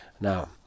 Now